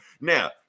now